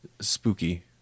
spooky